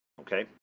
Okay